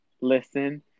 Listen